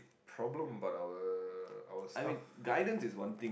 problem about our our stuff